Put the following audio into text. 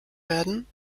werden